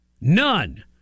none